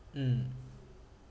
mm